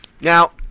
Now